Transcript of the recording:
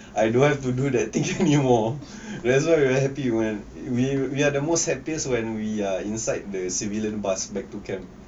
I don't want to do that thing anymore that's why we are happy when we we are the most happiest when we are inside the civilian bus back to get camp